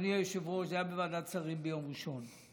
אדוני היושב-ראש, זה היה בוועדת שרים ביום ראשון.